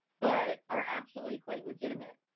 but are actually quite legitimate.